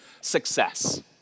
success